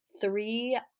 three